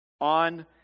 on